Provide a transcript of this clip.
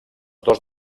dos